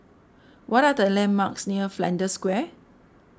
what are the landmarks near Flanders Square